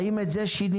האם את זה שיניתם?